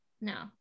No